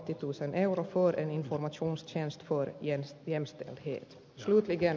slutligen ärade talman finland behöver livskraftiga regioner